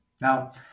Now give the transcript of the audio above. Now